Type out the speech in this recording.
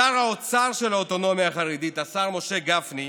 שר האוצר של האוטונומיה החרדית, השר משה גפני,